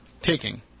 taking